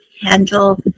handle